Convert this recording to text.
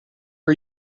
are